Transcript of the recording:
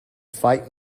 fight